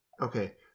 Okay